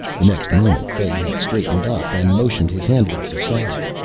the next moment fay had straightened up and motioned his handlers aside.